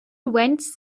went